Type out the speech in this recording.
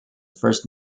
first